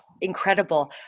incredible